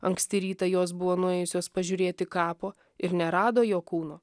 anksti rytą jos buvo nuėjusios pažiūrėti kapo ir nerado jo kūno